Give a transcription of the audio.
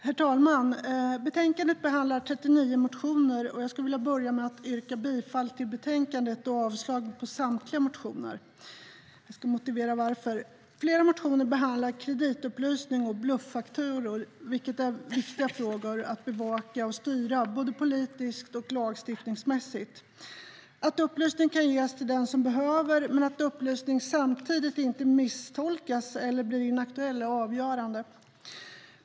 Herr talman! Betänkandet behandlar 39 motioner, och jag vill börja med att yrka bifall till förslaget i betänkandet och avslag på samtliga motioner. Jag ska motivera varför. Flera motioner behandlar kreditupplysning och bluffakturor, vilket är viktiga frågor att bevaka och styra både politiskt och lagstiftningsmässigt. Att upplysning kan ges till den som behöver men att upplysningen samtidigt inte misstolkas eller är inaktuell är avgörande.